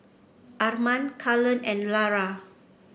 Arman Cullen and Lara